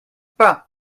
pas